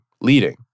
leading